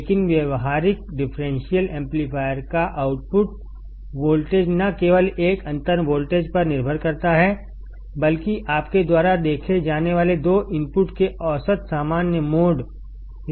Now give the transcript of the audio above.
लेकिन व्यावहारिक differential amplifier का आउटपुट वोल्टेज न केवल एक अंतर वोल्टेज पर निर्भर करता है बल्किआपके द्वारा देखे जाने वाले दो इनपुट के औसत सामान्य मोड स्तर परभी निर्भर होता है